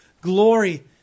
glory